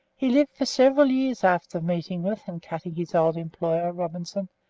he lived for several years after meeting with and cutting his old employer, robinson,